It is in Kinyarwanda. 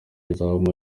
izamu